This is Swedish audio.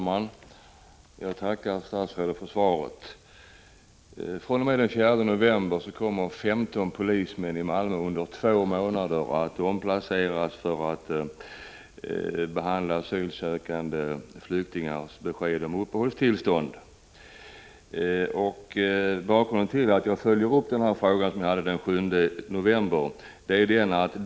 fr.o.m. den 4 november 1985 kommer 15 poliser i Malmö, under två månader, att omplaceras i syfte att förkorta de långa väntetiderna för asylsökande flyktingar som avvaktar besked om de får uppehållstillstånd i Sverige eller ej.